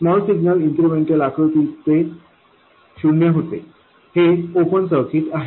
small signal incremental आकृतीत ते शून्य होते हे ओपन सर्किट आहे